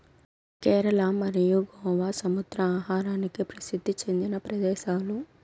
కేరళ మరియు గోవా సముద్ర ఆహారానికి ప్రసిద్ది చెందిన ప్రదేశాలు